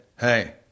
hey